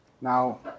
Now